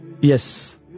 Yes